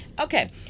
Okay